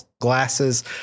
glasses